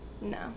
No